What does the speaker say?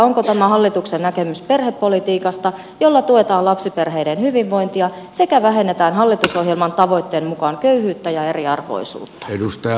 onko tämä hallituksen näkemys perhepolitiikasta jolla tuetaan lapsiperheiden hyvinvointia sekä vähennetään hallitusohjelman tavoitteen mukaan köyhyyttä ja eriarviosuutta